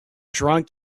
drunk